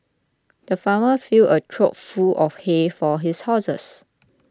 the farmer filled a trough full of hay for his horses